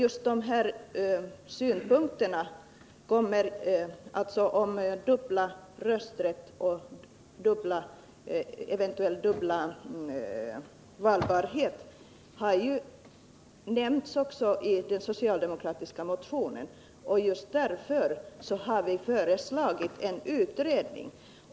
Just detta med dubbel : ästrätt och eventuell dubbel valbarhet har ju nämnts i den socialdemokratiska motionen, där vi har föreslagit en utredning.